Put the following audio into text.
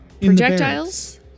projectiles